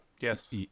Yes